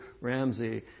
Ramsey